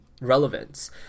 relevance